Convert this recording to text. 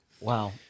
wow